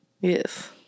Yes